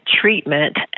treatment